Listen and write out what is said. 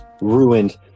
Ruined